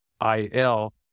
I-L